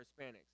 Hispanics